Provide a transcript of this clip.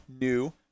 new